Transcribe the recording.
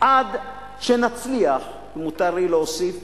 עד שנצליח, אם מותר לי להוסיף